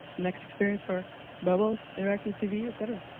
next experienced for mobile, interactive tv, et cetera.